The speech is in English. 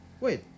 Wait